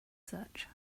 search